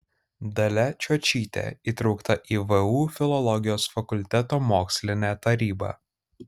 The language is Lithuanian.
dalia čiočytė įtraukta į vu filologijos fakulteto mokslinę tarybą